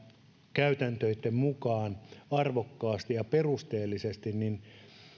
käytänteitten mukaan arvokkaasti ja perusteellisesti niin